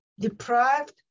deprived